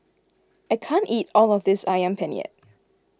I can't eat all of this Ayam Penyet